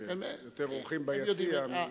יש יותר אורחים ביציע.